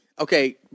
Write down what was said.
Okay